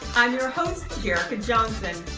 i'm your host, jerrica jonhson.